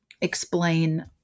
explain